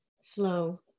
Slow